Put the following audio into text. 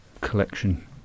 Collection